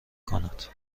کند